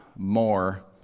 More